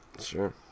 Sure